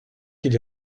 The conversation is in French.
qu’il